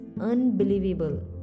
unbelievable